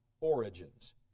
origins